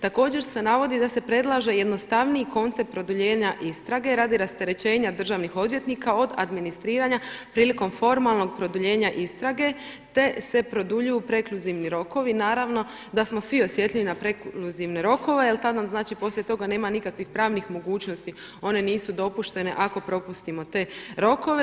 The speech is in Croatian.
Također se navodi da se predlaže jednostavniji koncept produljenja istrage radi rasterećenja državnih odvjetnika od administriranja prilikom formalnog produljenja istrage, te se produljuju prekluzivni rokovi, naravno, da smo svi osjetljivi na prekluzivne rokove jer tad nam znači, poslije toga nema nikakvih pravnih mogućnosti one nisu dopuštene ako propustimo te rokove.